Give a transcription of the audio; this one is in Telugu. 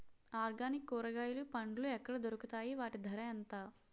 ఆర్గనిక్ కూరగాయలు పండ్లు ఎక్కడ దొరుకుతాయి? వాటి ధర ఎంత?